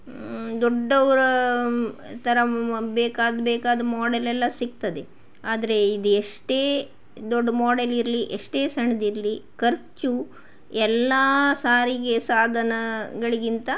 ದೊಡ್ಡವರ ಥರ ಮ ಬೇಕಾದ ಬೇಕಾದ ಮಾಡೆಲ್ ಎಲ್ಲ ಸಿಗ್ತದೆ ಆದರೆ ಇದು ಎಷ್ಟೇ ದೊಡ್ಡ ಮಾಡೆಲಿರಲಿ ಎಷ್ಟೇ ಸಣ್ಣದಿರಲಿ ಖರ್ಚು ಎಲ್ಲ ಸಾರಿಗೆ ಸಾಧನಗಳಿಗಿಂತ